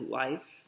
life